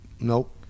Nope